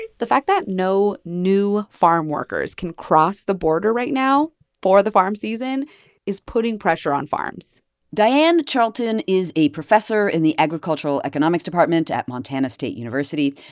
the the fact that no new farmworkers can cross the border right now for the farm season is putting pressure on farms diane charlton is a professor in the agricultural economics department at montana state university.